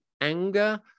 anger